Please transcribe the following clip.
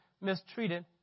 mistreated